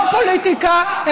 לא פוליטיקה,